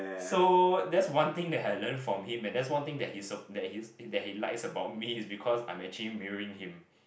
so that's one thing that had learn from him and that's one thing that he's that he's that he likes about me is because I'm actually mirroring him